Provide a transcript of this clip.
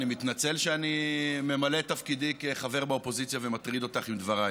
אני מתנצל שאני ממלא את תפקידי כחבר באופוזיציה ומטריד אותך בדבריי.